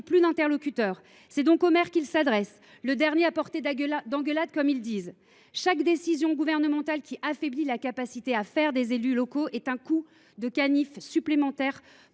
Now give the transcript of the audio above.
plus d’interlocuteurs. C’est donc aux maires qu’ils s’adressent : le « dernier à portée d’engueulades », comme ils disent. Chaque décision gouvernementale qui affaiblit la capacité de faire des élus locaux est un coup de canif supplémentaire